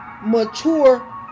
mature